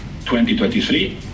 2023